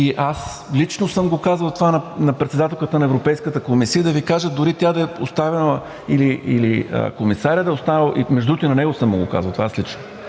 Аз лично съм казвал това на председателката на Европейската комисия, и да Ви кажа, дори тя да е останала или комисарят да е останал… Между другото, и на него съм казвал това аз лично.